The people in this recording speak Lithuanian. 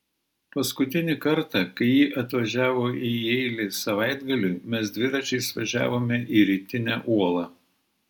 paskutinį kartą kai ji atvažiavo į jeilį savaitgaliui mes dviračiais važiavome į rytinę uolą